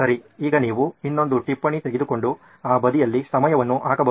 ಸರಿ ಈಗ ನೀವು ಇನ್ನೊಂದು ಟಿಪ್ಪಣಿ ತೆಗೆದುಕೊಂಡು ಆ ಬದಿಯಲ್ಲಿ ಸಮಯವನ್ನು ಹಾಕಬಹುದು